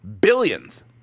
billions